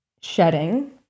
shedding